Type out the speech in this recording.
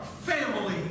family